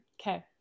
Okay